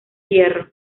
hierro